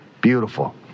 Beautiful